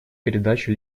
передачу